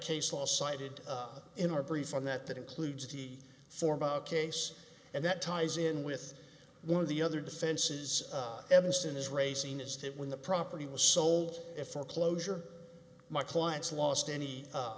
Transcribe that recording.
case law cited in our brief on that that includes the form of case and that ties in with one of the other defenses of evanston is racing is that when the property was sold a foreclosure my clients lost any